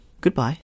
Goodbye